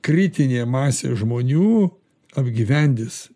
kritinė masė žmonių apgyvendis